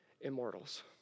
immortals